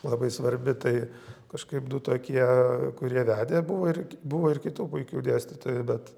labai svarbi tai kažkaip du tokie kurie vedė buvo ir kit ir kitų puikių dėstytojų bet